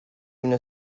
una